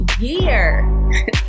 year